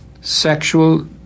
sexual